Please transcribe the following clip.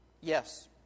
Yes